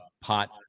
pot